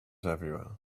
everywhere